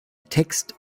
text